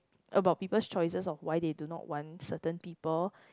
about people's choices of why they do not want certain people